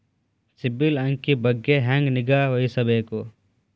ಸಿಬಿಲ್ ಅಂಕಿ ಬಗ್ಗೆ ಹೆಂಗ್ ನಿಗಾವಹಿಸಬೇಕು?